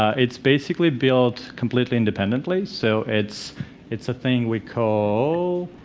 it's basically built completely independently, so it's it's a thing we call,